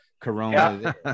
Corona